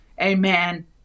Amen